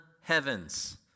heavens